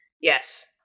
Yes